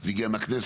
זה הגיע מהכנסת,